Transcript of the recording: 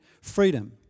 freedom